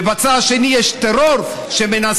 ובצד השני יש טרור שמנסה,